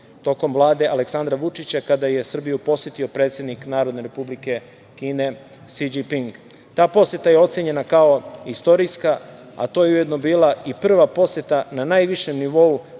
tokom vlade Aleksandra Vučića, kada je Srbiju posetio predsednik Narodne Republike Kine, Si Đinping. Ta poseta ocenjena je kao istorijska, a to je ujedno i bila prva poseta na najvišem nivou